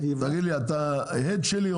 תגיד לי, אתה הד שלי?